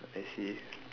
I see